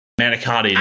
manicotti